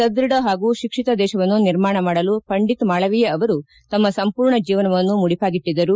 ಸದ್ಬಢ ಹಾಗೂ ಶಿಕ್ಷಿತ ದೇಶವನ್ನು ನಿರ್ಮಾಣ ಮಾಡಲು ಪಂಡಿತ್ ಮಾಳವೀಯ ಅವರು ತಮ್ಮ ಸಂಪೂರ್ಣ ಜೀವನವನ್ನು ಮುಡಿಪಾಗಿಟ್ಟಿದ್ದರು